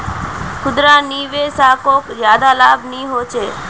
खुदरा निवेशाकोक ज्यादा लाभ नि होचे